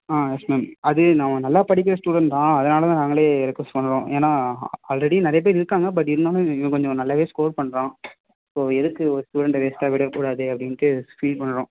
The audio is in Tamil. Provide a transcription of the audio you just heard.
ஆ எஸ் மேம் அது அவன் நல்லா படிக்கிற ஸ்டூடெண்ட் தான் அதனால் தான் நாங்களே ரெக்வெஸ்ட் பண்ணுகிறோம் ஏன்னால் ஆல்ரெடி நிறைய பேர் இருக்காங்க பட் இருந்தாலும் இவன் கொஞ்சம் நல்லாவே ஸ்கோர் பண்ணுறான் ஸோ எதுக்கு ஒரு ஸ்டூடெண்ட்டை வேஸ்ட்டாக விட கூடாதே அப்படின்ட்டு ஃபீல் பண்ணுறோம்